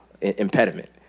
impediment